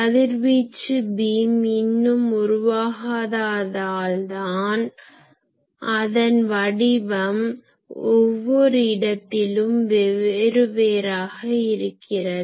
கதிர்வீச்சு பீம் இன்னும் உருவாகததால்தான் அதன் வடிவம் ஒவ்வொரு இடத்திலும் வேறு வேறாக இருக்கிறது